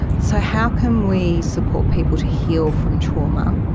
so how can we support people to heal from trauma,